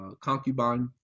concubine